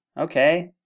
okay